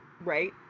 Right